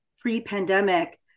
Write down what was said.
pre-pandemic